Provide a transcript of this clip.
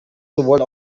sowohl